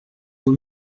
vaut